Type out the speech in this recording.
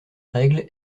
règle